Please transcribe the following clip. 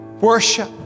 Worship